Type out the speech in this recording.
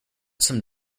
some